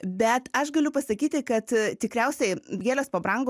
bet aš galiu pasakyti kad tikriausiai gėlės pabrango